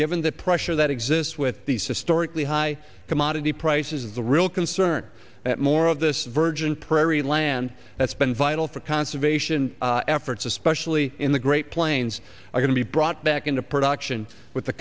given the pressure that this with these historically high commodity prices the real concern that more of this virgin prairie land that's been vital for conservation efforts especially in the great plains are going to be brought back into production with the